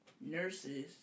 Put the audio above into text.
nurses